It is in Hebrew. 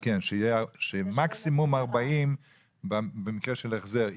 כן, שמקסימום 40 במקרה של החזר.